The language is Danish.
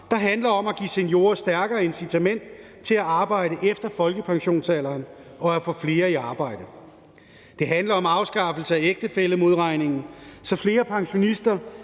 der handler om at give seniorer stærkere incitament til at arbejde efter folkepensionsalderen og få flere i arbejde. Det handler om afskaffelse af ægtefællemodregningen, så flere pensionister